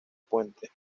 puente